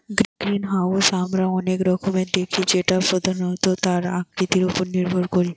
greenhouse আমরা অনেক রকমের দেখি যেটা প্রধানত তার আকৃতি উপর নির্ভর করে